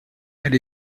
elle